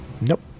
Nope